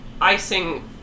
icing